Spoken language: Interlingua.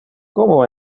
como